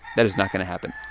that is not going to happen